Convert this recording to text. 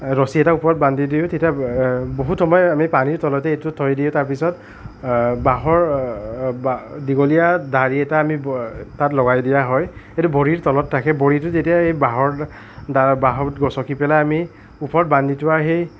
ৰছি এটা ওপৰত বান্ধি দিওঁ তেতিয়া বহুত সময় পানীৰ তলতে এইটো থৈ দিয়ে তাৰপিছত বাঁহৰ দীঘলীয়া দাৰি এটা আমি তাত লগাই দিয়া হয় এইটো ভৰিৰ তলত থাকে ভৰিটো যেতিয়া বাঁহৰ বাঁহত গছকি পেলাই আমি ওপৰত বান্ধি থোৱা সেই